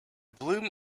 bloom